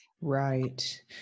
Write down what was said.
Right